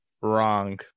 Wrong